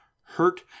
hurt